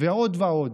ועוד ועוד.